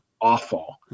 awful